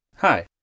Hi